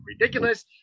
ridiculous